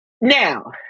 now